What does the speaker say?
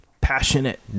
passionate